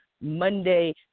Monday